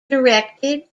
directed